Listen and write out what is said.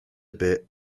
bit